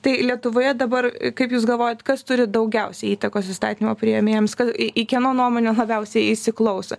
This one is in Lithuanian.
tai lietuvoje dabar kaip jūs galvojat kas turi daugiausiai įtakos įstatymų priėmėjams kad į kieno nuomonę labiausiai įsiklauso